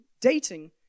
dating